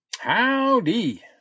Howdy